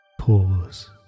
Pause